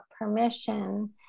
permission